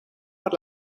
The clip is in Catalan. per